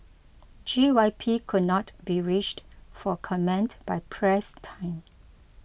G Y P could not be reached for comment by press time